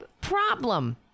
problem